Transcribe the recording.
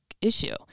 issue